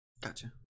Gotcha